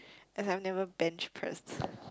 I have never bench pressed